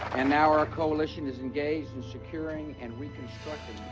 and now our coalition is engaged in securing and reconstructing